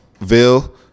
Ville